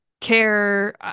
care